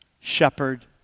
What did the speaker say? shepherd